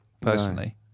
personally